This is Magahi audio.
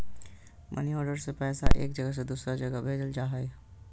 मनी ऑर्डर से पैसा एक जगह से दूसर जगह भेजल जा हय